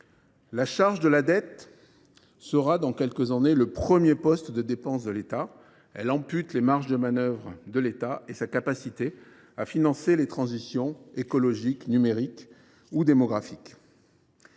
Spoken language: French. La charge de la dette sera dans quelques années le premier poste de dépenses de l’État. Elle ampute ses marges de manœuvre et sa capacité à financer les transitions écologique, numérique ou démographique.